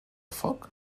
foc